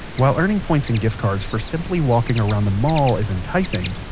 while earning points and gift cards for simply walking around the mall is enticing,